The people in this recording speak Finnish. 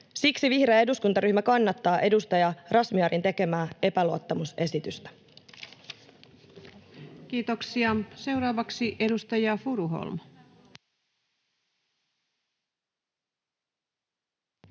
Siksi vihreä eduskuntaryhmä kannattaa edustaja Razmyarin tekemää epäluottamusesitystä. Kiitoksia. — Seuraavaksi edustaja Furuholm.